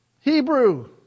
Hebrew